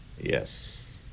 yes